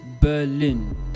Berlin